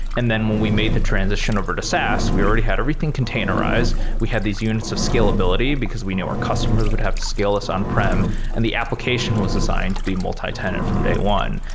and then when we made the transition over to saas, we already had everything containerized. we had these units of scalability, because we know our customers would have scale us on-prem and the application was assigned to be multitenant from day one.